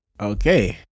Okay